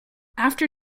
after